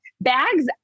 Bags